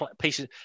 pieces